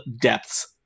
depths